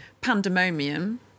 pandemonium